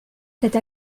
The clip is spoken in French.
cette